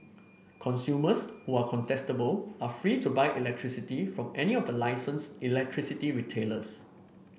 consumers who are contestable are free to buy electricity from any of the license electricity retailers